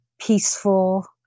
peaceful